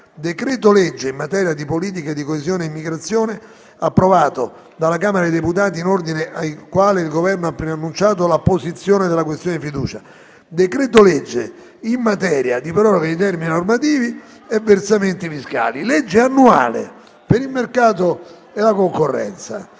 decreto-legge in materia di politica di coesione e immigrazione, approvato dalla Camera dei deputati, in ordine al quale il Governo ha preannunciato la posizione della questione di fiducia; decreto-legge in materia di proroga di termini normativi e versamenti fiscali; legge annuale per il mercato e la concorrenza.